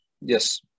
Yes